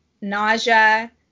nausea